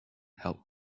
help